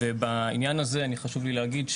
בעניין הזה חשוב לי להגיד,